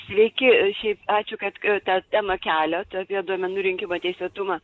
sveiki šiaip ačiū kad tą temą keliat apie duomenų rinkimo teisėtumą